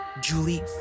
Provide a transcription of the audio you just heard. Julie